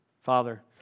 Father